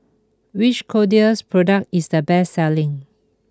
which Kordel's product is the best selling